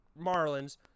Marlins